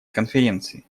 конференции